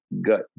gut